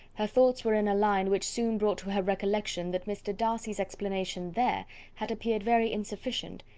her thoughts were in a line which soon brought to her recollection that mr. darcy's explanation there had appeared very insufficient,